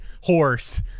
horse